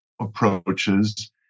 approaches